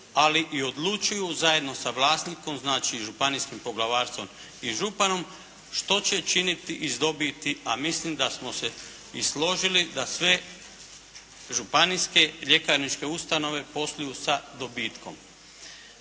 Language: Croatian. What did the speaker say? ali i odlučuju zajedno sa vlasnikom, znači županijskim poglavarstvom i županom što će činiti iz dobiti, a mislim da smo se i složili da sve županijske ljekarničke ustanove posluju sa dobitkom.